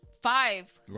five